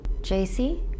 JC